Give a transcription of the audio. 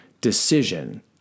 decision